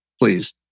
please